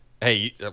Hey